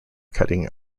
cutting